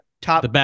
top